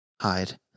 hide